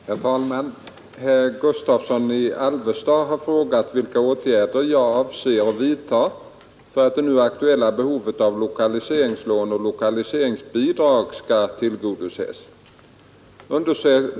Herr talman! Herr Gustavsson i Alvesta har frågat vilka åtgärder jag avser att vidta för att det nu aktuella behovet av lokaliseringslån och lokaliseringsbidrag skall tillgodoses.